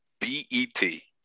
B-E-T